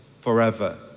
forever